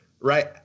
right